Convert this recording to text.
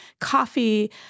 coffee